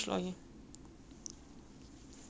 nah too tiring lah cannot lah buay sai lah